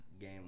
game